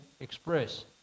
express